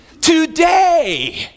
Today